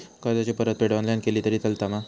कर्जाची परतफेड ऑनलाइन केली तरी चलता मा?